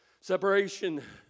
Separation